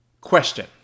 Question